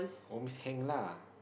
oh miss Heng lah